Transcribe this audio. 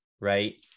right